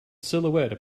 silhouette